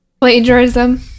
Plagiarism